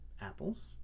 Apples